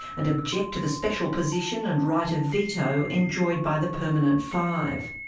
and object to the special position and right of veto enjoyed by the permanent five.